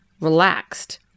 relaxed